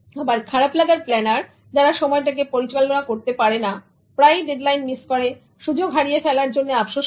আবার খারাপ লাগার প্লানার যারা সময়টাকে পরিচালনা করতে পারে না প্রায়ই ডেডলাইন মিস করে সুযোগ হারিয়ে ফেলার জন্য আফসোস করে